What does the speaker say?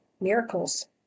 miracles